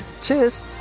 cheers